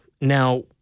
Now